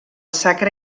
sacre